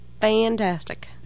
fantastic